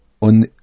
on